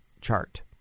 chart